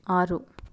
ಆರು